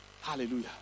Hallelujah